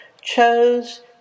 chose